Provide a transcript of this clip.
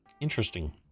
Interesting